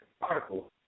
article